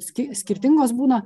ski skirtingos būna